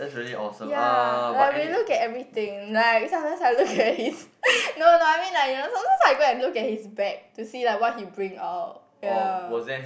ya like we look at everything like sometimes I look at his no no I mean like you know sometimes I go and look at his bag to see like what he bring out ya